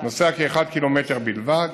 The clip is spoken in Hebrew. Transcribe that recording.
נוסע כקילומטר אחד בלבד.